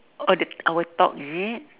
oh the our talk is it